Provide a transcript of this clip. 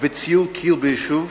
וציור קיר ביישוב.